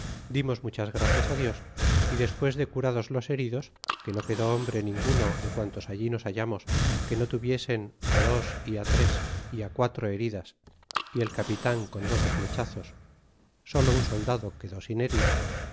dimos muchas gracias á dios y despues de curados los heridos que no quedó hombre ninguno de puntos allí nos hallamos que no tuviesen á dos y á tres y á quatro heridas y el capitan con doce flechazos solo un soldado quedó sin herir